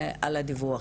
על הדיווח.